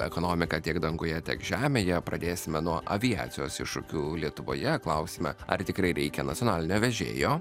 ekonomika tiek danguje tiek žemėje pradėsime nuo aviacijos iššūkių lietuvoje klausime ar tikrai reikia nacionalinio vežėjo